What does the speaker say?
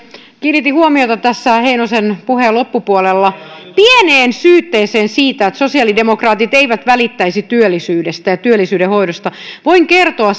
kiinnitin huomiota tässä heinosen puheen loppupuolella pieneen syytteeseen siitä että sosiaalidemokraatit eivät välittäisi työllisyydestä ja työllisyyden hoidosta voin kertoa